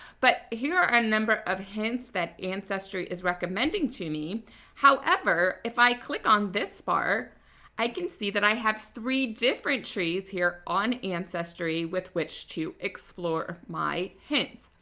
but here are a number of hints that ancestry is recommending to me however, if i click on this bar i can see that i have three different trees here on ancestry with which to explore my hints.